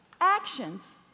Actions